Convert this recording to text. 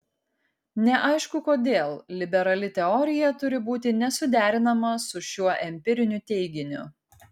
neaišku kodėl liberali teorija turi būti nesuderinama su šiuo empiriniu teiginiu